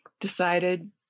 decided